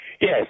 Yes